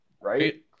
right